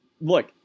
look